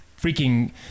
freaking